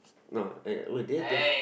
no I would there to